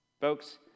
folks